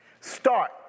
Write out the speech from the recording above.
Start